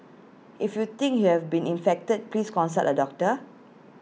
if you think you have been infected please consult A doctor